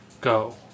Go